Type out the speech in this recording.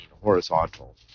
horizontal